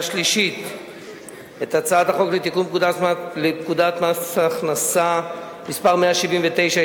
שלישית את הצעת החוק לתיקון פקודת מס הכנסה (מס' 179),